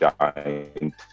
giant